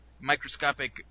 microscopic